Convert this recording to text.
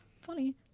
funny